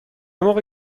موقع